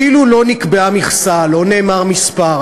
אפילו לא נקבעה מכסה, לא נאמר מספר.